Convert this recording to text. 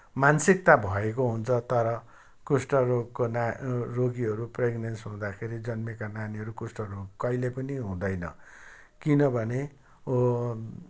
मानसिकता भएको हुन्छ तर कुष्ठरोगको नानी रोगीहरू प्रेग्नेन्ट हुँदाखेरि जन्मिएका नानीहरू रोग कहिल्यै पनि हुँदैन किनभने